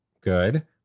good